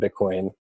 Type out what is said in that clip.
Bitcoin